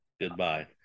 goodbye